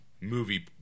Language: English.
movie